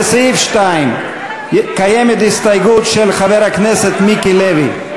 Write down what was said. לסעיף 2 יש הסתייגות של חבר הכנסת מיקי לוי.